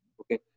Okay